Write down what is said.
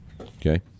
Okay